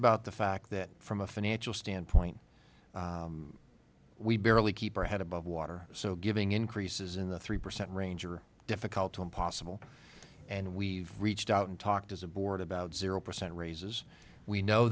about the fact that from a financial standpoint we barely keep our head above water so giving increases in the three percent range are difficult to impossible and we've reached out and talked as a board about zero percent raises we know